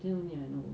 then only I know